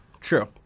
True